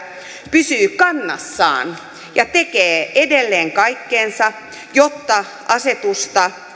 pysyy kannassaan ja tekee edelleen kaikkensa jotta asetus